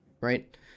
Right